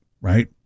right